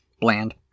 bland